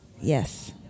Yes